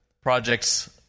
projects